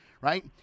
right